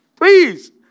please